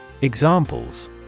Examples